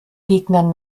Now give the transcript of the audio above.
gegnern